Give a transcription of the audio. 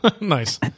Nice